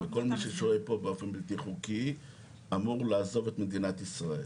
וכל מי ששוהה פה באופן בלתי חוקי אמור לעזוב את מדינת ישראל.